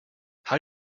how